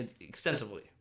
extensively